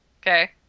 Okay